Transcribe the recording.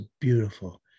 beautiful